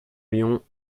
lion